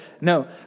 no